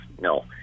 no